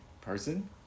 person